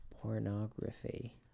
pornography